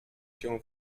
się